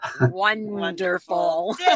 Wonderful